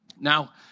Now